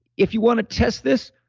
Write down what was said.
if you want to test this,